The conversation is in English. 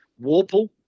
Warple